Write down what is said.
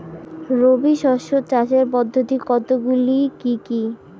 রবি শস্য চাষের পদ্ধতি কতগুলি কি কি?